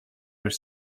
are